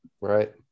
Right